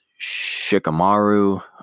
shikamaru